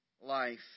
life